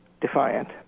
defiant